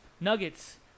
Nuggets